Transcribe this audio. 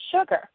sugar